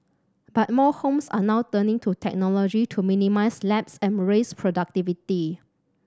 but more homes are now turning to technology to minimise lapses and raise productivity